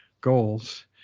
goals